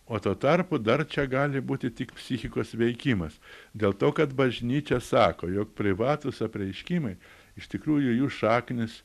o tuo tarpu dar čia gali būti tik psichikos veikimas dėl to kad bažnyčia sako jog privatūs apreiškimai iš tikrųjų jų šaknys